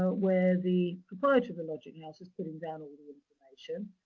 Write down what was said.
but where the proprietor of the lodging house is putting down the information.